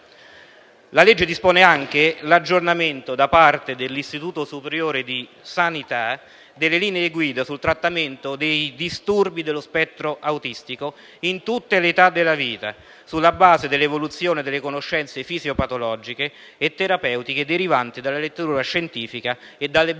La legge dispone anche l'aggiornamento da parte dell'Istituto superiore di sanità delle linee guida sul trattamento dei disturbi dello spettro autistico in tutte le età della vita, sulla base dell'evoluzione delle conoscenze fisiopatologiche e terapeutiche derivante dalla letteratura scientifica e dalle buone pratiche